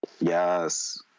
Yes